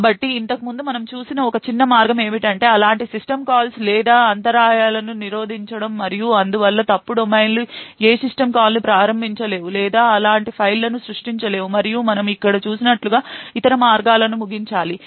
కాబట్టి ఇంతకుముందు మనము చూసిన ఒక చిన్న మార్గము ఏమిటంటే అలాంటి సిస్టమ్ కాల్స్ లేదా అంతరాయాలను నిరోధించడం మరియు అందువల్ల ఫాల్ట్ డొమైన్లు ఏ సిస్టమ్ కాల్ను ప్రారంభించలేవు లేదా అలాంటి ఫైళ్ళను సృష్టించలేవు మరియు మనము ఇక్కడ చూసినట్లుగా ఇతర మార్గాలను ముగించాలి